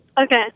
Okay